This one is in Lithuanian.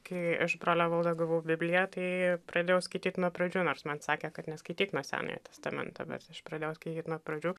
kai iš brolio evaldo gavau bibliją tai pradėjau skaityt nuo pradžių nors man sakė kad neskaityk nuo senojo testamento bet aš pradėjau skaityt nuo pradžių